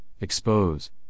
expose